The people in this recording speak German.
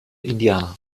indiana